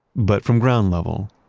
but from ground level,